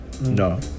No